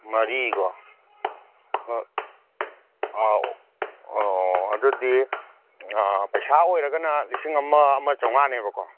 ꯃꯔꯤꯀꯣ ꯑꯥ ꯑꯥ ꯑꯣ ꯑꯗꯨꯗꯤ ꯄꯩꯁꯥ ꯑꯣꯏꯔꯒꯅ ꯂꯤꯁꯤꯡ ꯑꯃ ꯑꯃ ꯆꯥꯝꯃꯉꯥꯅꯦꯕꯀꯣ